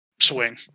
swing